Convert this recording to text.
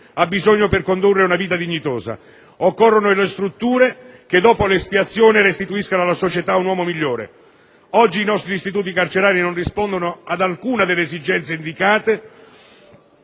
ha bisogno per condurre una vita dignitosa. Occorrono le strutture che dopo l'espiazione restituiscano alla società un uomo migliore. Oggi i nostri istituti carcerari non rispondono ad alcuna delle esigenze indicate